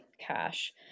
cash